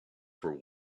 for